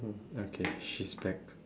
oh okay she's back